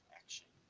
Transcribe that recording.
action